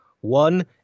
One